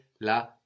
la